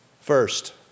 First